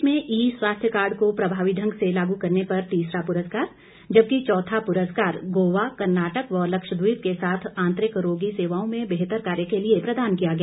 प्रदेश में ई स्वास्थ्य कार्ड को प्रभावी ढंग से लागू करने पर तीसरा पुरस्कार जबकि चौथा पुरस्कार गोवा कर्नाटक व लक्षद्वीप के साथ आंतरिक रोगी सेवाओं में बेहतर कार्य के लिए प्रदान किया गया